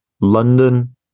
London